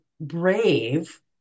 brave